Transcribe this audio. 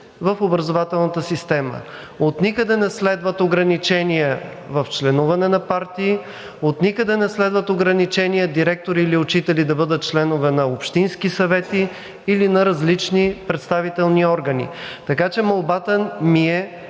в образователната система. Отникъде не следват ограничения в членуване на партии. Отникъде не следват ограничения директори или учители да бъдат членове на общински съвети или на различни представителни органи. Така че, молбата ми е